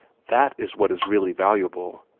that is what is really valuable.